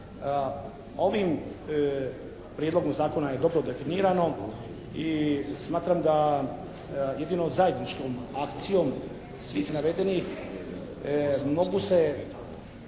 Ovim Prijedlogom zakona je dobro definirano i smatram da jedino zajedničkom akcijom svih navedenih mogu se